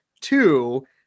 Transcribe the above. two